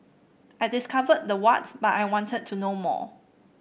I discovered the what but I wanted to know more